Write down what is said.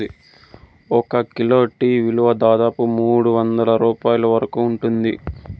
ఒక kilo tea విలువ దాదాపు మూడువందల రూపాయల వరకు ఉంటుంది